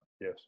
Yes